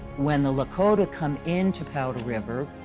when the lakota come into powder river,